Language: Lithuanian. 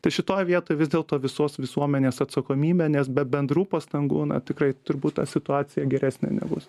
tai šitoj vietoj vis dėlto visos visuomenės atsakomybė nes be bendrų pastangų na tikrai turbūt ta situacija geresnė nebus